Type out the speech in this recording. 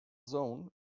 zone